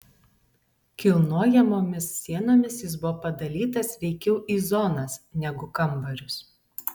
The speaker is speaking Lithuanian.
kilnojamomis sienomis jis buvo padalytas veikiau į zonas negu kambarius